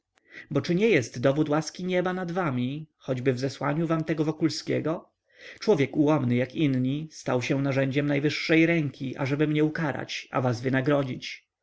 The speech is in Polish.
bo czy nie jest dowód łaski nieba nad wami choćby w zesłaniu wam tego wokulskiego człowiek ułomny jak inni stał się narzędziem najwyższej ręki ażeby mnie ukarać a was wynagrodzić